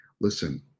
Listen